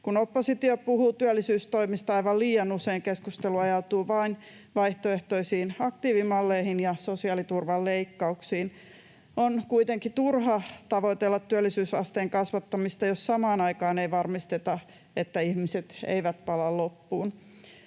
Kun oppositio puhuu työllisyystoimista, aivan liian usein keskustelu ajautuu vain vaihtoehtoisiin aktiivimalleihin ja sosiaaliturvan leikkauksiin. On kuitenkin turha tavoitella työllisyysasteen kasvattamista, jos samaan aikaan ei varmisteta, että ihmiset eivät pala loppuun.